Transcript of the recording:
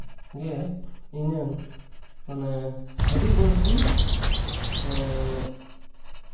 ᱜᱮ ᱤᱧᱟᱹᱜ ᱢᱟᱱᱮ ᱟᱹᱰᱤ ᱵᱟᱹᱲᱛᱤ